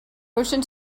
ocean